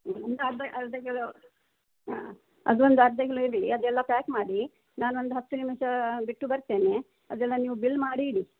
ಒಂದು ಅರ್ಧ ಅರ್ಧ ಕಿಲೋ ಹಾಂ ಅದು ಒಂದು ಅರ್ಧ ಕಿಲೋ ಇಡಿ ಅದೆಲ್ಲ ಪ್ಯಾಕ್ ಮಾಡಿ ನಾನು ಒಂದು ಹತ್ತು ನಿಮಿಷ ಬಿಟ್ಟು ಬರ್ತೇನೆ ಅದೆಲ್ಲ ನೀವು ಬಿಲ್ ಮಾಡಿ ಇಡಿ